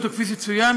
היות שכפי שצוין,